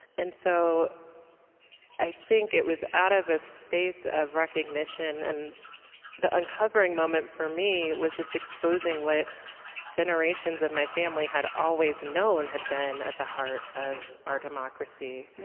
and so i think it was out of a space of recognition and the uncovering moment, for me, was just exposing what generations of my family had always known had been at the heart of our democracy,